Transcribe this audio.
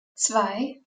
zwei